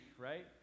right